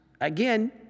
Again